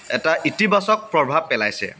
এটা ইতিবাচক প্ৰভাৱ পেলাইছে